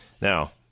now